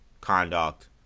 conduct